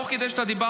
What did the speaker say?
תוך כדי שדיברת,